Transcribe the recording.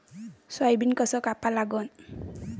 Soybean कस कापा लागन?